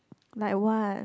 like what